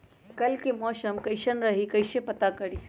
कल के मौसम कैसन रही कई से पता करी?